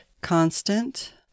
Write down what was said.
constant